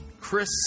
Chris